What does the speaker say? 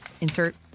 insert